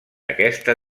aquesta